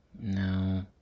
No